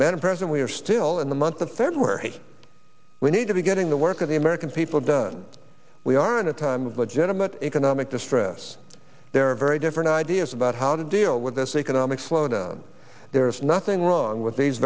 president we are still in the month of february we need to be getting the work of the american people done we are in a time of legitimate economic distress there are very different ideas about how to deal with this economic slowdown there is nothing wrong with these